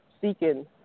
seeking